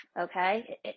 okay